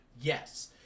yes